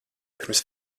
pirms